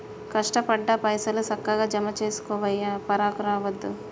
కష్టపడ్డ పైసలు, సక్కగ జమజేసుకోవయ్యా, పరాకు రావద్దు